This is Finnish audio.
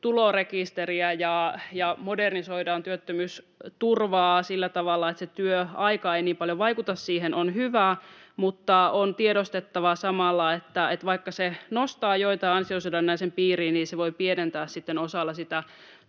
tulorekisteriä ja modernisoidaan työttömyysturvaa sillä tavalla, että se työaika ei niin paljon vaikuta siihen, on hyvä, mutta on tiedostettava samalla, että vaikka se nostaa joitain ansiosidonnaisen piiriin, niin se voi pienentää sitten osalla sitä